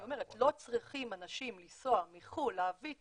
אני אומרת, לא צריכים אנשים לנסוע מחו"ל, להביא את